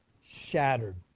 Shattered